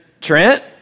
Trent